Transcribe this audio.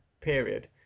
period